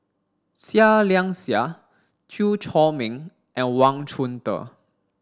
Seah Liang Seah Chew Chor Meng and Wang Chunde